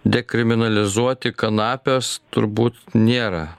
dekriminalizuoti kanapes turbūt nėra